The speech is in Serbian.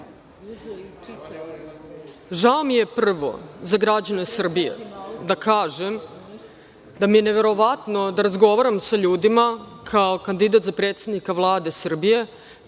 Hvala. Prvo za građane Srbije da kažem da mi je neverovatno da razgovaram sa ljudima, kao kandidat za predsednika Vlade Srbije,